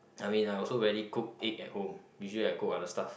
I mean I also rarely cook egg at home usually I cook other stuff